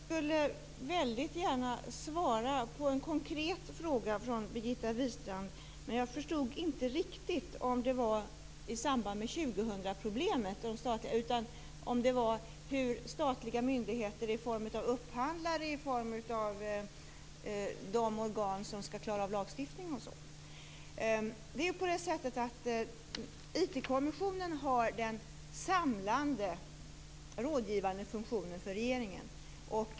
Herr talman! Jag skulle väldigt gärna svara på en konkret fråga från Birgitta Wistrand. Men jag förstod inte riktigt om frågan gällde åtgärder i samband med 2000-problemet, statliga myndigheter i form av upphandlare, eller de organ som skall klara av lagstiftningen. IT-kommissionen har den samlande och rådgivande funktionen för regeringen.